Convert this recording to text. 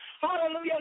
Hallelujah